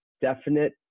definite